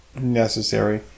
necessary